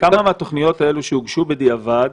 כמה מהתוכניות האלו שהוגשו בדיעבד